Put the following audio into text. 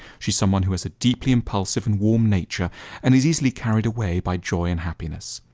she is someone who has a deeply impulsive and warm nature and is easily carried away by joy and happiness.